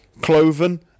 cloven